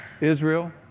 Israel